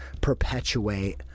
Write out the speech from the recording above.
perpetuate